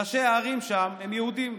ראשי הערים שם הם יהודים.